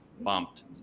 bumped